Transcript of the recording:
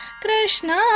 Krishna